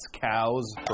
cows